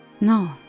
No